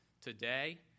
today